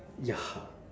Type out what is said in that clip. ya